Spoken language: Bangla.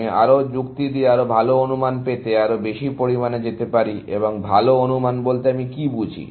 আমি আরও যুক্তি দিয়ে আরও ভাল অনুমান পেতে আরও বেশি পরিমাণে যেতে পারি এবং ভাল অনুমান বলতে আমি কী বুঝি